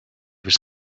was